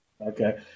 Okay